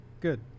Good